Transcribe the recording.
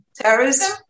terrorism